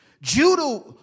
Judah